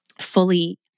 fully